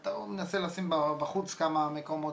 אתה מנסה לשים בחוץ כמה מקומות,